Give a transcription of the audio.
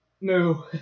No